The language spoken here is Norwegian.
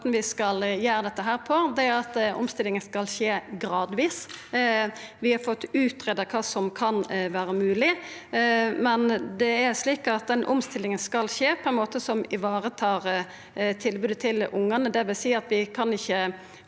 vi skal gjera dette på, er at omstillinga skal skje gradvis. Vi har fått greidd ut kva som kan vera mogleg, men omstillinga skal skje på ein måte som varetar tilbodet til ungane,